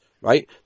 Right